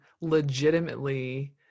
legitimately